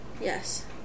Yes